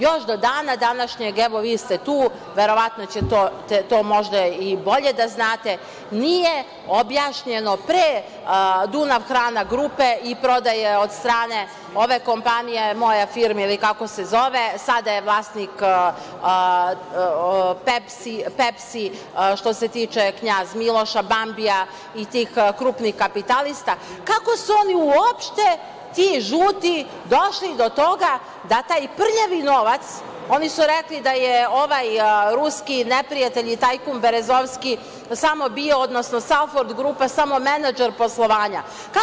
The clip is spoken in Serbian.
Još do dana današnjeg, evo, vi ste tu, verovatno ćete to možda i bolje da znate, nije objašnjeno pre "Dunav hrana" grupe i prodaje od strane ove kompanije "Moja firma" ili kako se zove, sada je vlasnik "Pepsi" što se tiče "Knjaz Miloša", "Bambija" i tih krupnih kapitalista, kako su oni uopšte, ti žuti, došli do toga da taj prljavi novac, oni su rekli da je ovaj ruski neprijatelj i tajkun Berezovski samo bio menadžer poslovanja, odnosno "Salford grupa"